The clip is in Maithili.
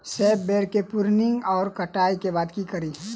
सेब बेर केँ प्रूनिंग वा कटाई केँ बाद की करि?